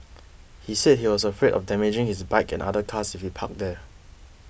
he said he was afraid of damaging his bike and other cars if he parked there